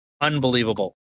Unbelievable